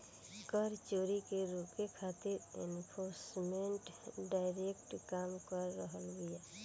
कर चोरी के रोके खातिर एनफोर्समेंट डायरेक्टरेट काम कर रहल बिया